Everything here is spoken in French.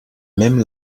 même